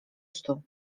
stu